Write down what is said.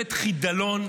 ממשלת חידלון.